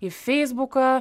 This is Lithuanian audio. į feisbuką